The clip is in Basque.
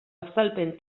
azalpen